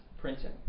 printing